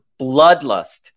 bloodlust